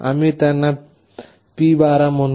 आम्ही त्यांना P12 म्हणू